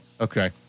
Okay